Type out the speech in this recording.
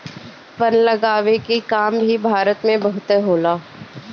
वन लगावे के काम भी भारत में बहुते होला